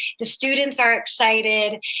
the students are excited,